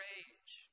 age